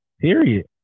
period